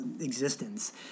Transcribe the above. existence